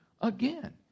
again